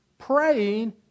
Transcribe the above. Praying